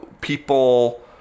people